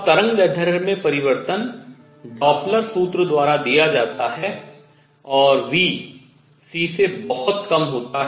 अब तरंगदैर्घ्य में परिवर्तन डॉप्लर सूत्र द्वारा दिया जाता है और v c से बहुत कम होता है